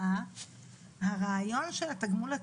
אמרנו שחייבים לשים אותם בסדר העדיפות הראשון.